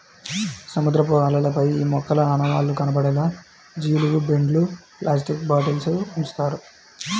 సముద్రపు అలలపై ఈ మొక్కల ఆనవాళ్లు కనపడేలా జీలుగు బెండ్లు, ప్లాస్టిక్ బాటిల్స్ ఉంచుతారు